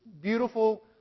beautiful